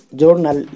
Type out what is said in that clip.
journal